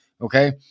okay